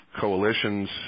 coalitions